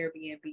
Airbnb